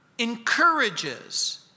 encourages